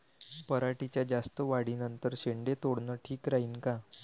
पराटीच्या जास्त वाढी नंतर शेंडे तोडनं ठीक राहीन का?